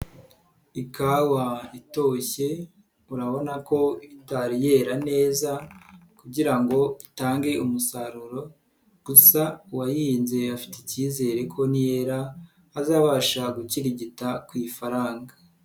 Ikawa itoshye urabona ko itari yera neza kugira ngo itange umusaruro gusa uwahinze afite icyizere ko niyera azabasha gukirigita ku ifaranga.